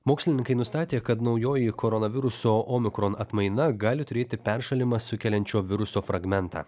mokslininkai nustatė kad naujoji koronaviruso omikron atmaina gali turėti peršalimą sukeliančio viruso fragmentą